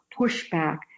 pushback